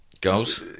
Goals